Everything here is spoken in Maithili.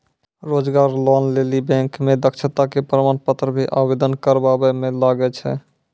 रोजगार लोन लेली बैंक मे दक्षता के प्रमाण पत्र भी आवेदन करबाबै मे लागै छै?